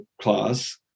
class